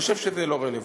אני חושב שזה לא רלוונטי.